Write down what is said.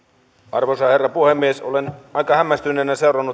arvoisa herra puhemies olen aika hämmästyneenä seurannut